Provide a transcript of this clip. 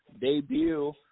debut